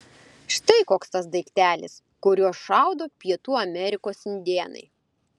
štai koks tas daiktelis kuriuo šaudo pietų amerikos indėnai